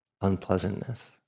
unpleasantness